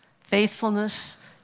faithfulness